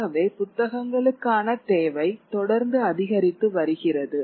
ஆகவே புத்தகங்களுக்கான தேவை தொடர்ந்து அதிகரித்து வருகிறது